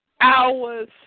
hours